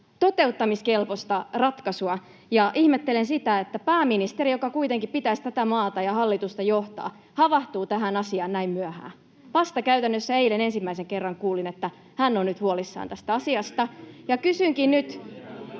toteuttamiskelpoinen ratkaisu. Ihmettelen sitä, että pääministeri, jonka kuitenkin pitäisi tätä maata ja hallitusta johtaa, havahtuu tähän asiaan näin myöhään. Vasta käytännössä eilen ensimmäisen kerran kuulin, että hän on nyt huolissaan tästä asiasta. [Välihuutoja